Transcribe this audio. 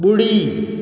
बु॒ड़ी